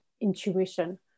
intuition